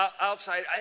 outside